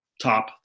top